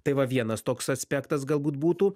tai va vienas toks aspektas galbūt būtų